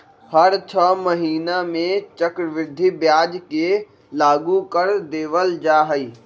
हर छ महीना में चक्रवृद्धि ब्याज के लागू कर देवल जा हई